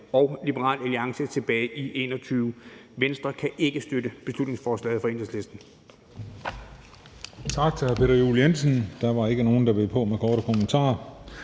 og Liberal Alliance tilbage i 2021. Venstre kan ikke støtte beslutningsforslaget fra Enhedslisten.